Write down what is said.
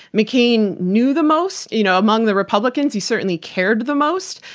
mccain knew the most you know among the republicans, he certainly cared the most,